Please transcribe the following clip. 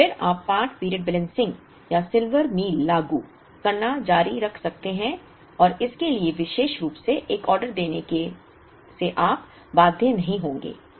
और फिर आप पार्ट पीरियड बैलेंसिंग या सिल्वर मील लागू करना जारी रख सकते हैं और इसके लिए विशेष रूप से एक ऑर्डर देने से आप बाध्य नहीं होंगे